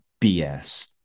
BS